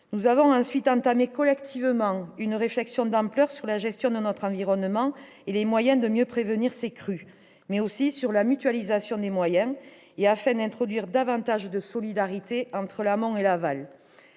Nous avons ensuite entamé collectivement une réflexion d'ampleur sur la gestion de notre environnement et les moyens de mieux prévenir ces crues, ainsi que sur la nécessaire mutualisation des moyens et la meilleure façon d'introduire davantage de solidarité entre l'amont et l'aval.